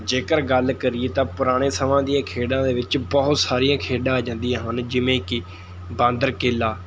ਜੇਕਰ ਗੱਲ ਕਰੀਏ ਤਾਂ ਪੁਰਾਣੇ ਸਮਾਂ ਦੀਆਂ ਖੇਡਾਂ ਦੇ ਵਿੱਚ ਬਹੁਤ ਸਾਰੀਆਂ ਖੇਡਾਂ ਆ ਜਾਂਦੀਆਂ ਹਨ ਜਿਵੇਂ ਕਿ ਬਾਂਦਰ ਕਿੱਲਾ